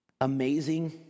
amazing